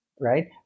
right